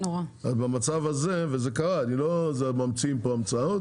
וזה קרה, לא ממציאים פה המצאות,